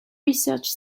research